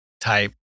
type